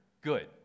good